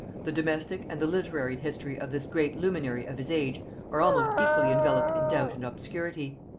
the domestic and the literary history of this great luminary of his age are almost equally enveloped in doubt and obscurity.